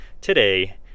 today